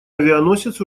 авианосец